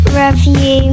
review